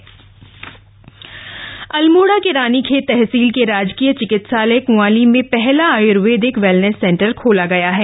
वेबनेस centre Almora के रानीखेत तहसील के राजकीय चिकित्सालय कुंवाली में पहला आय्र्वेदिक वैलनेस सेंटर खोला गया है